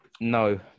No